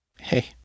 Hey